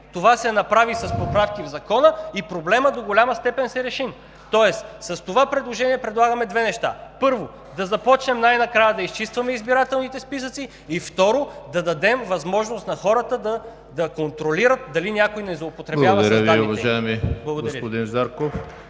Това се направи с поправки в закона и проблемът до голяма степен се реши. С това предложение предлагаме две неща. Първо, да започнем най-накрая да изчистваме избирателните списъци, и, второ, да дадем възможност на хората да контролират дали някой не злоупотребява с данните им. Благодаря. (Частични ръкопляскания